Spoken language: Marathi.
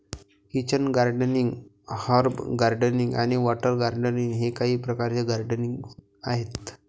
किचन गार्डनिंग, हर्ब गार्डनिंग आणि वॉटर गार्डनिंग हे काही प्रकारचे गार्डनिंग आहेत